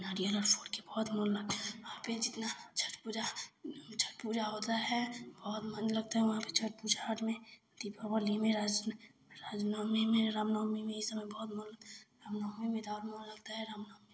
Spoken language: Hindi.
नारियल और फोड़कर बहुत मन लगता है वहाँ पर जितना छठ पूजा छठ पूजा होती है बहुत मन लगता है वहाँ पर छठ पूजा और में दीपावली में राज राजनवमी में रामनवमी में इस सबमें बहुत मन लगता है रामनवमी तो और मन लगता है रामनवमी में